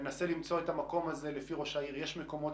ננסה למצוא את המקום הזה לפי ראש העיר יש מקומות